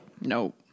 Nope